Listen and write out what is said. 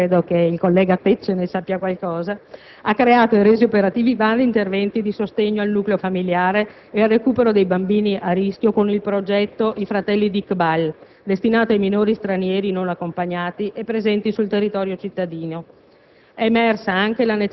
Il Comune di Napoli - credo che il collega Tecce ne sappia qualcosa - ha creato e reso operativi vari interventi di sostegno al nucleo familiare e al recupero dei bambini a rischio con il progetto «I Fratelli di Iqbal», destinato ai minori stranieri non accompagnati e presenti sul territorio cittadino.